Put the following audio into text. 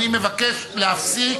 אני מבקש להפסיק,